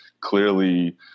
clearly